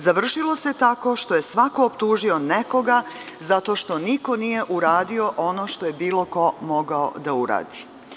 Završilo se tako što je svako optužio nekoga zato što niko nije uradio ono što je bilo ko mogao da uradi.